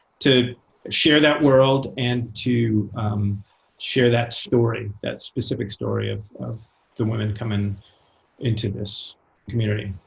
to share that world and to share that story, that specific story of of the women coming into this community.